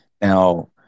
Now